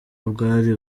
bwari